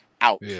out